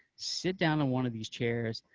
sit down on one of these chairs,